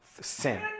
Sin